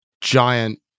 giant